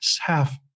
half